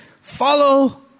follow